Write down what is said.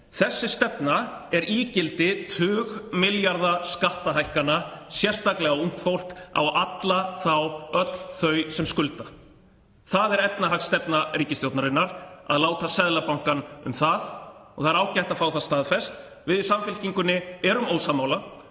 þessi stefna er ígildi tugmilljarða skattahækkana, sérstaklega á ungt fólk, á öll þau sem skulda. Það er efnahagsstefna ríkisstjórnarinnar að láta Seðlabankann um það. Það er ágætt að fá það staðfest. Við í Samfylkingunni erum ósammála.